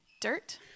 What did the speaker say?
dirt